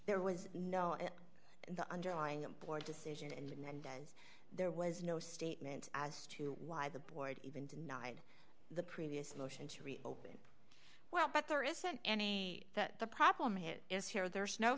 there was no the underlying board decision and that there was no statement as to why the board even denied the previous motion to reopen well but there isn't any that the problem is here there's no